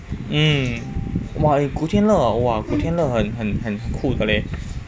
mm !wah! eh 古天乐哇古天乐很很很酷的咧